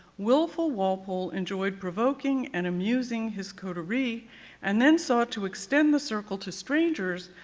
wilful walpole enjoyed provoking and amusing his coterie and then sought to extend the circle to strangers,